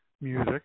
music